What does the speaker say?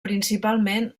principalment